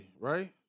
right